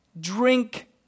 drink